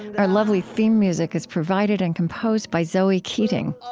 our lovely theme music is provided and composed by zoe keating.